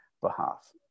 behalf